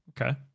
Okay